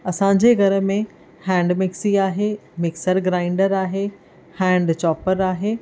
असांजे घर में हैंड मिक्सी आहे मिक्सर ग्राइंडर आहे हैंड चोपर आहे